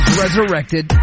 resurrected